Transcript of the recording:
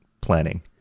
planning